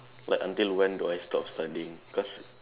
like until when do I stop studying because